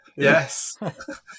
Yes